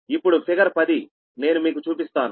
ఇప్పుడు ఫిగర్ 10 నేను మీకు చూపిస్తాను